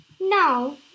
now